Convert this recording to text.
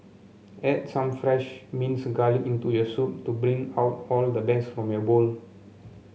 add some fresh minced garlic into your soup to bring out all the best from your bowl